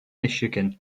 michigan